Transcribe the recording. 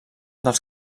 dels